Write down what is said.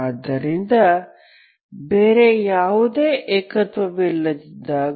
ಆದ್ದರಿಂದ ಬೇರೆ ಯಾವುದೇ ಏಕತ್ವವಿಲ್ಲದಿದ್ದಾಗ